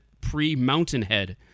pre-Mountainhead